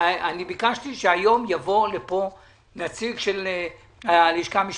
ביקשתי שהיום יבוא לפה נציג של הלשכה המשפטית.